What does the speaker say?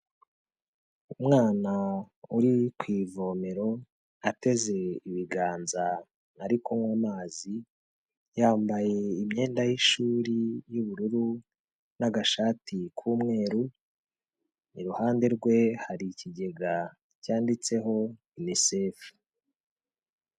Umwana uri ku ivomero ateze ibiganza ari kunywa amazi, yambaye imyenda y'ishuri y'ubururu n'agashati k'umweru, iruhande rwe hari ikigega cyanditseho Unicef.